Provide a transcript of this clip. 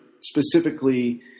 specifically